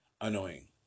annoying